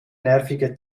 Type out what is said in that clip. nervige